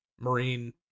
Marine